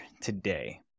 today